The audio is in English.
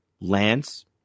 Lance